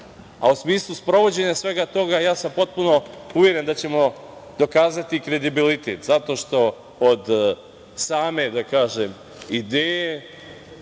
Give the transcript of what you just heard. smislu sprovođenja svega toga ja sam potpuno uveren da ćemo dokazati kredibilitet, zato što od same ideje,